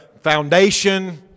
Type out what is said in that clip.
foundation